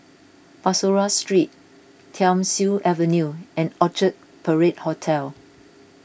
Bussorah Street Thiam Siew Avenue and Orchard Parade Hotel